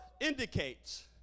indicates